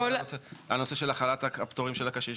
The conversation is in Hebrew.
הנושא של החלת הפטורים של הקשיש,